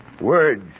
Words